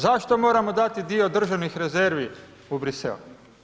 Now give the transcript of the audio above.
Zašto moramo dati dio državnih rezervi u Bruxelles?